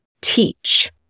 teach